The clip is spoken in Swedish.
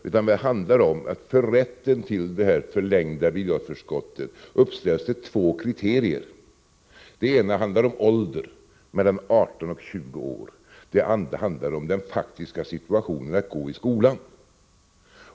Det handlar om att det för rätten till det förlängda bidragsförskottet uppställs två kriterier: det ena handlar om ålder, tiden mellan 18 och 20 år, och det andra handlar om den faktiska situationen att gå i skolan.